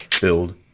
build